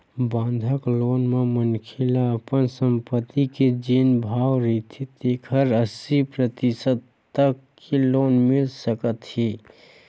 बंधक लोन म मनखे ल अपन संपत्ति के जेन भाव रहिथे तेखर अस्सी परतिसत तक के लोन मिल सकत हे